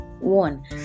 One